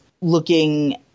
looking